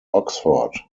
oxford